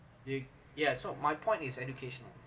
yeah so my point is education